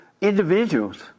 individuals